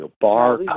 Bar